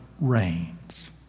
reigns